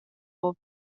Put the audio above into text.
bob